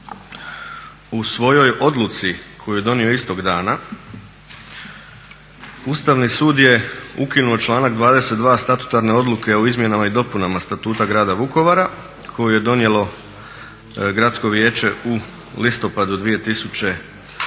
u svojoj odluci koju je donio istog dana Ustavni sud je ukinuo članak 22.statutarne odluke o izmjenama i dopunama Statuta grada Vukovara koju je donijelo Gradsko vijeće u listopadu